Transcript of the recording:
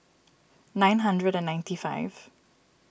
nine hundred and ninety five